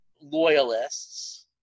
loyalists